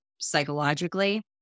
psychologically